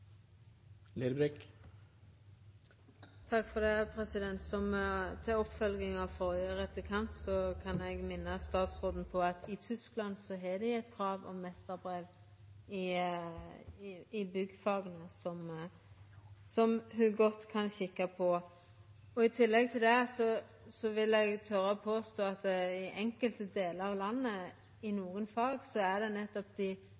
kan eg minna statsråden på at i Tyskland har dei eit krav om meisterbrev i byggfaga, som ho godt kan kikka på. I tillegg til det vil eg tora å påstå at i enkelte delar av landet, i nokre fag, er det nettopp